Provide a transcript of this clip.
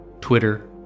Twitter